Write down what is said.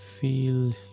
feel